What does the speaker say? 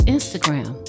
Instagram